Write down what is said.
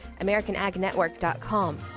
AmericanAgNetwork.com